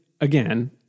again